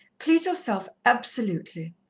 please yourself absolutely.